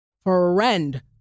Friend